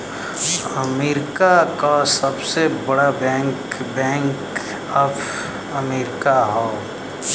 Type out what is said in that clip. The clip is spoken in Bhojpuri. अमेरिका क सबसे बड़ा बैंक बैंक ऑफ अमेरिका हौ